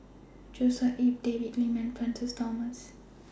Joshua Ip David Lim and Francis Thomas